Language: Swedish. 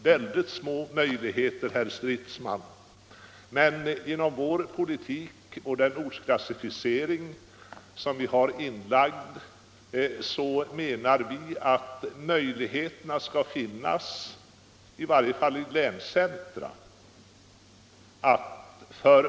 Alltför små möjligheter, herr Stridsman, men genom vår politik och den ortsklassificering som har införts menar vi att möjligheterna skall finnas för ungdomen, i varje fall i länscentra, att få jobb.